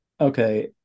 okay